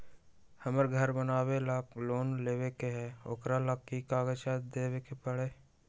हमरा घर बनाबे ला लोन लेबे के है, ओकरा ला कि कि काग़ज देबे के होयत?